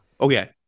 Okay